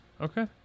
Okay